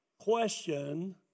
question